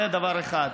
זה דבר אחד.